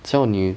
教你